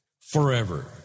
Forever